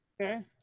Okay